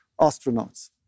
astronauts